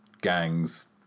gangs